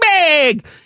Big